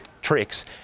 tricks